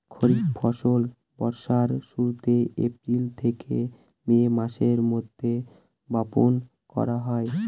খরিফ ফসল বর্ষার শুরুতে, এপ্রিল থেকে মে মাসের মধ্যে, বপন করা হয়